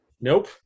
nope